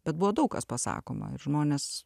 bet buvo daug kas pasakoma ir žmonės